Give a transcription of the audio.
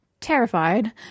terrified